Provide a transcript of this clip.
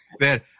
Man